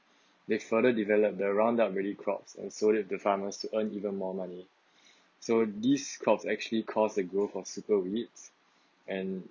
they further develop their roundup ready crops and sold it to farmers to earn even more money so these crops actually caused the growth of super weeds and